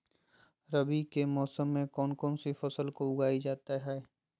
रवि के मौसम में कौन कौन सी फसल को उगाई जाता है?